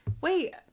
Wait